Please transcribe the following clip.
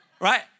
right